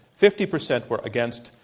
fifty percent were against,